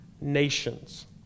nations